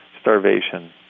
starvation